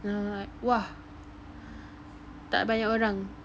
and I'm like !wah! tak banyak orang